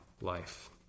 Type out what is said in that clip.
life